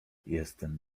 jestem